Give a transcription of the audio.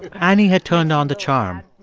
annie had turned on the charm.